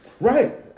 Right